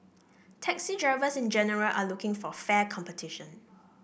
taxi drivers in general are looking for fair competition